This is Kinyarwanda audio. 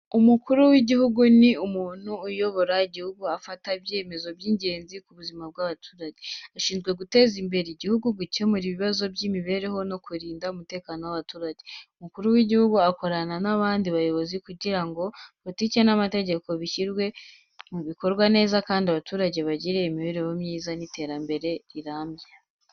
Umukuru w’igihugu ni umuntu uyobora igihugu, agafata ibyemezo by’ingenzi ku buzima bw’abaturage. Ashinzwe guteza imbere igihugu, gukemura ibibazo by’imibereho no kurinda umutekano w’abaturage. Umukuru w’igihugu akorana n’abandi bayobozi kugira ngo politiki n’amategeko bishyirwe mu bikorwa neza kandi abaturage bagire imibereho myiza n’iterambere rirambye.